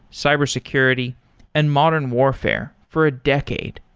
cyber security and modern warfare for a decade.